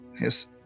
Yes